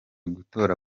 gutora